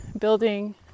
building